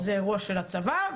זה אירוע של הצבא,